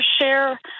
share